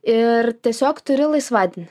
ir tiesiog turi laisvadienį